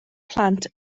plant